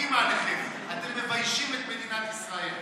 צוחקים עליכם, אתם מביישים את מדינת ישראל.